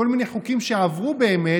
כל מיני חוקים שעברו באמת,